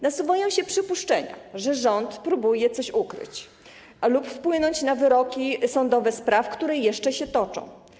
Nasuwają się przypuszczenia, że rząd próbuje coś ukryć lub wpłynąć na wyroki sądowe w sprawach, które jeszcze się toczą.